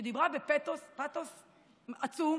שדיברה בפתוס עצום